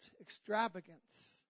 extravagance